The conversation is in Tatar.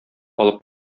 алып